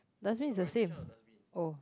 dustbin is the same oh